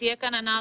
שתהיה כאן אנרכיה.